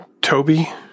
Toby